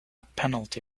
penalty